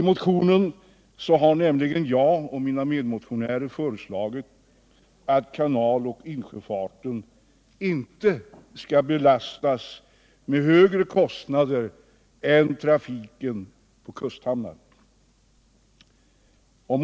I motionen har nämligen jag och mina medmotionärer föreslagit att kanaloch insjöfarten inte skall belastas med högre kostnader än trafiken på kusthamnarna.